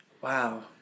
Wow